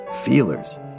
feelers